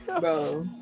bro